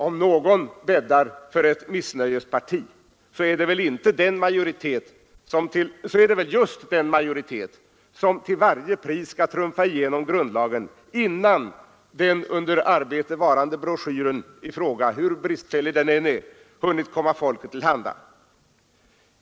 Om någon bäddar för ett missnöjesparti, så är det väl just den majoritet som till varje pris skall trumfa genom grundlagen innan den under arbete varande broschyren, hur bristfällig den än är, hunnit komma folket till handa.